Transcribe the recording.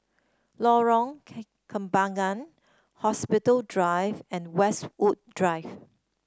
Lorong Kembangan Hospital Drive and Westwood Drive